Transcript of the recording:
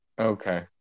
okay